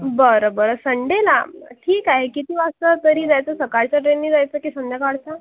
बरं बरं संडेला ठीक आहे किती वाजता तरी जायचं सकाळच्या ट्रेननी जायचं की संध्याकाळच्या